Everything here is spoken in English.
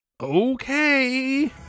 okay